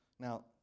Now